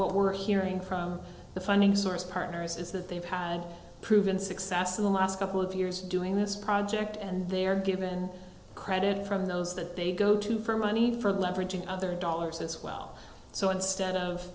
what we're hearing from the funding source partners is that they've had proven success in the last couple of years doing this project and they're given credit from those that they go to for money for leveraging other dollars as well so instead of